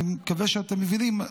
אני מקווה שאתם מבינים,